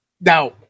Now